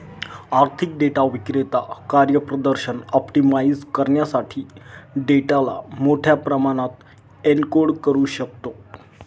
आर्थिक डेटा विक्रेता कार्यप्रदर्शन ऑप्टिमाइझ करण्यासाठी डेटाला मोठ्या प्रमाणात एन्कोड करू शकतो